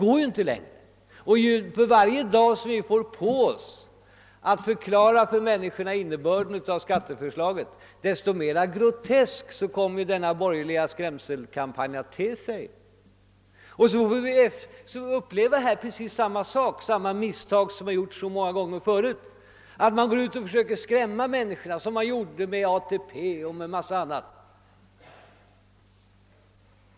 För varje dag som vi får på oss för att förklara för människorna innebörden av skatteförslaget kommer denna borgerliga skrämselkampanj att te sig allt grotieskare. Så får vi uppleva det misstag som gjorts så många gånger förut, nämligen att man går ut och försöker skrämma människorna som då det gällde ATP och mycket annat.